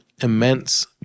immense